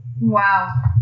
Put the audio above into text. Wow